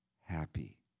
happy